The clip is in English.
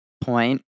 point